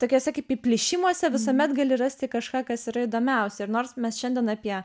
tokiose kaip į plėšimuose visuomet gali rasti kažką kas yra įdomiausia ir nors mes šiandien apie